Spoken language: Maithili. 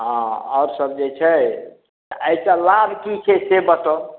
हॅं आओर सब जे छै एहि सॅं लाभ की छै से बताऊ